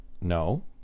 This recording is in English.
no